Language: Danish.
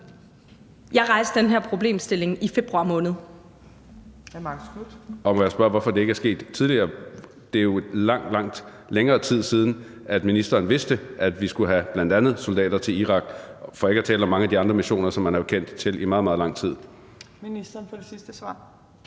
Jeg rejste den her problemstilling i februar måned.